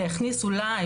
ויכניס אולי,